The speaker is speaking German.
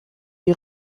die